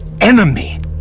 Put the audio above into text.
enemy